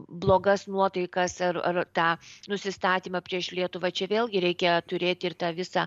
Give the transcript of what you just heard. blogas nuotaikas ar ar tą nusistatymą prieš lietuvą čia vėlgi reikia turėti ir visą